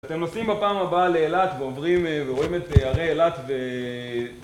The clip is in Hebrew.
אתם נוסעים בפעם הבאה לאילת ועוברים... ורואים את הרי אילת ו...